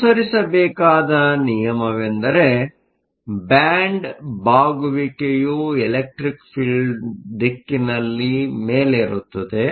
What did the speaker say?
ಅನುಸರಿಸಬೇಕಾದ ನಿಯಮವೆಂದರೆ ಬ್ಯಾಂಡ್ ಬಾಗುವಿಕೆಯು ಎಲೆಕ್ಟ್ರಿಕ್ಫಿಲ್ಡ್ ದಿಕ್ಕಿನಲ್ಲಿ ಮೇಲೆರುತ್ತದೆ